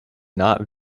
not